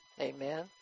Amen